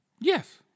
Yes